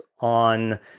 on